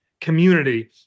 community